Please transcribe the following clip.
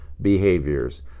behaviors